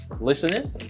listening